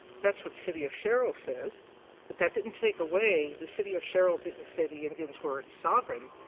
that's what city of sherrill says, but that didn't take away the city of sherrill didn't say the indians weren't sovereign.